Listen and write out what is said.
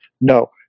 No